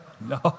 No